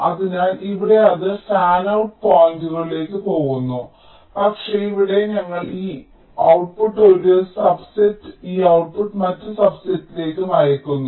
അതിനാൽ ഇവിടെ അത് ഫാനൌട്ട് പോയിന്റുകളിലേക്ക് പോകുന്നു പക്ഷേ ഇവിടെ ഞങ്ങൾ ഈ ഔട്ട്പുട്ട് ഒരു സബ്സെറ്റിലേക്കും ഈ ഔട്ട്പുട്ട് മറ്റ് സബ്സെറ്റിലേക്കും അയയ്ക്കുന്നു